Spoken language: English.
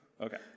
Okay